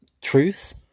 truth